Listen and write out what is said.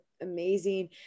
amazing